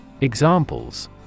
Examples